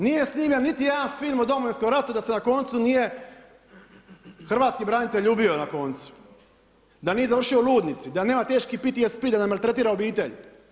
Nije snimljen niti jedan film o Domovinskom ratu da se na koncu nije hrvatski branitelj ubio na koncu, da nije završio u ludnici, da nema teški PTSP da ne maltretira obitelj.